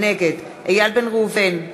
נגד איל בן ראובן,